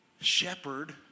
shepherd